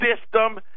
system